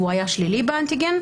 והוא היה שלילי באנטיגן,